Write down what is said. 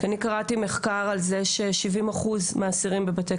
אני קראתי מחקר על זה ש-70 אחוז מהאסירים בבתי